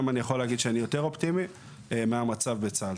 היום אני יכול להגיד שאני יותר אופטימי מהמצב בצה"ל.